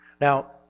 Now